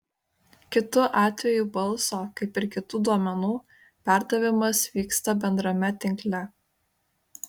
kitu atveju balso kaip ir kitų duomenų perdavimas vyksta bendrame tinkle